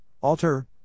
Alter